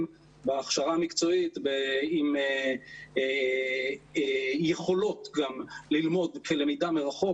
בהכשרה המקצועית עם יכולות ללמוד כלמידה מרחוק,